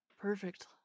Perfect